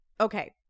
okay